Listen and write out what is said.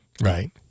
Right